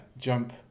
jump